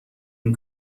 این